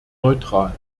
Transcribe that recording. neutral